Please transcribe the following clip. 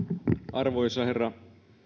arvoisa herra